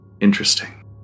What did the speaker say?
Interesting